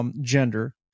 Gender